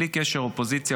בלי קשר לאופוזיציה,